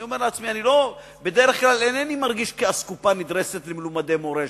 אני אומר לעצמי: בדרך כלל אינני מרגיש כאסקופה נדרסת למלומדי מורשת,